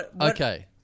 Okay